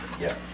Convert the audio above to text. Yes